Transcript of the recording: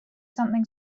something